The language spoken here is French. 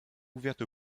ouverte